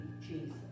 Jesus